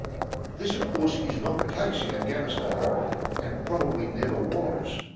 this of course is not the case in afghanistan and probably never was.